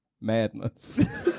Madness